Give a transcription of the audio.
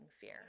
fear